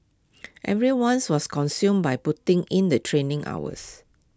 everyone was consumed by putting in the training hours